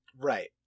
Right